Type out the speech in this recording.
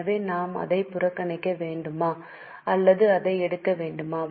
எனவே நாம் அதை புறக்கணிக்க வேண்டுமா அல்லது அதை எடுக்க வேண்டுமா